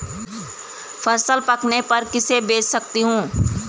फसल पकने पर किसे बेच सकता हूँ?